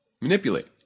manipulate